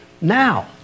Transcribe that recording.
now